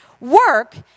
work